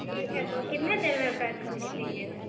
ٹھیک ہے تو کتنے دیر میں پیک کر کے دیجیے گا